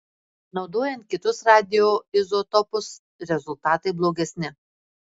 naudojant kitus radioizotopus rezultatai blogesni